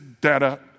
data